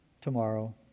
tomorrow